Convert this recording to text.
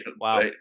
Wow